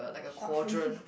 shark fin